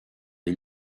les